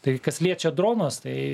tai kas liečia dronus tai